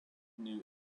new